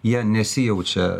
jie nesijaučia